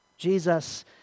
Jesus